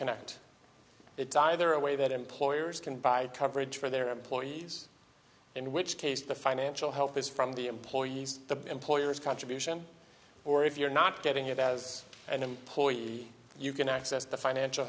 at it die there a way that employers can buy coverage for their employees in which case the financial help is from the employees the employer is contribution or if you're not getting it as an employee you can access the financial